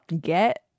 Get